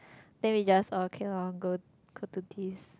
then we just okay loh go go to this